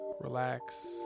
relax